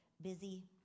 busy